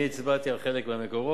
אני הצבעתי על חלק מהמקורות.